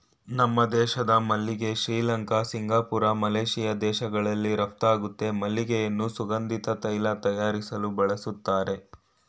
ನಮ್ಮ ದೇಶದ ಮಲ್ಲಿಗೆ ಶ್ರೀಲಂಕಾ ಸಿಂಗಪೂರ್ ಮಲೇಶಿಯಾ ದೇಶಗಳಿಗೆ ರಫ್ತಾಗುತ್ತೆ ಮಲ್ಲಿಗೆಯನ್ನು ಸುಗಂಧಿತ ತೈಲ ತಯಾರಿಸಲು ಬಳಸ್ತರೆ